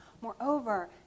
Moreover